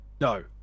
No